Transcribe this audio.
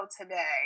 today